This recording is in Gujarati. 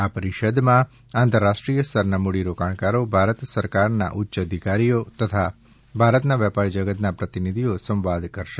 આ પરિષદમાં આંતરરાષ્ટ્રીય સ્તરના મૂડીરોકાણકારો ભારત સરકારના ઉચ્ય અધિકારીઓ તથા ભારતના વેપાર જગતના પ્રતિનિધિઓ સંવાદ કરશે